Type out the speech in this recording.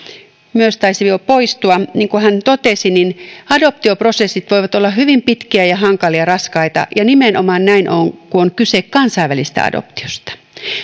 biaudet taisi jo poistua niin kuin hän totesi adoptioprosessit voivat olla hyvin pitkiä ja hankalia ja raskaita ja nimenomaan näin on kun on kyse kansainvälisestä adoptiosta